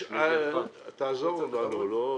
תעזור לנו מורי.